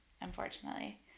Unfortunately